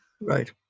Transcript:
Right